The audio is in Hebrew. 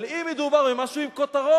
אבל אם מדובר על משהו עם כותרות,